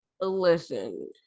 listen